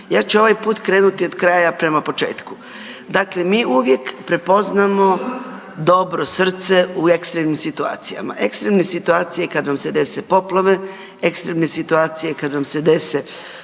Ja ću ovaj put krenuti od kraja prema početku. Dakle, mi uvijek prepoznamo dobro srce u ekstremnim situacijama. Ekstremne situacije kad vam se dese poplave, ekstremne situacije kad vam se dese